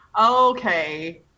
Okay